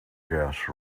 guest